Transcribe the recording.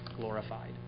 glorified